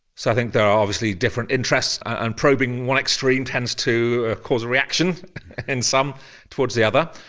so i think there are obviously different interests, and probing one extreme tends to cause a reaction in some towards the other.